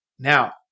Now